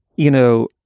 you know